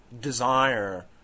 Desire